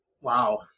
Wow